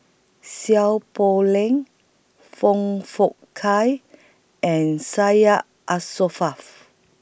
Seow Poh Leng Foong Fook Kay and Syed